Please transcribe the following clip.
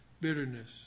Bitterness